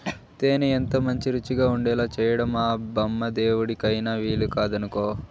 తేనె ఎంతమంచి రుచిగా ఉండేలా చేయడం ఆ బెమ్మదేవుడికైన వీలుకాదనుకో